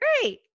great